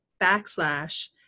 backslash